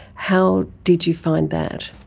how did you find that?